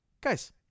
guys